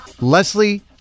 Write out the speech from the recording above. Leslie